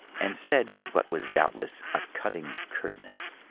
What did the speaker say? and said with what was doubt less a cutting curtness,